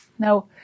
Now